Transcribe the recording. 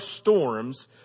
storms